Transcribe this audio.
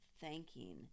thanking